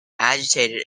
agitated